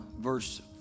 verse